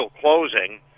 closing